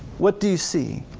what do you see?